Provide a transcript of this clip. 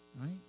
right